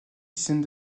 dizaines